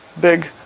big